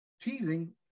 teasing